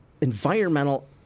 environmental